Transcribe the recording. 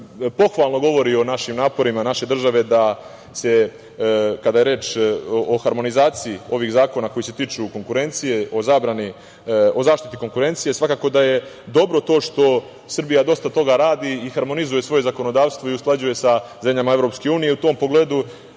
pohvalno govori o našim naporima naše države, kada je reč o harmonizaciji ovih zakona koji se tiču zaštite konkurencije. Svakako da je dobro to što Srbija dosta radi i harmonizuje svoje zakonodavstvo i usklađuje sa zemljama EU. U tom pogledu